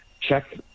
check